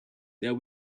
that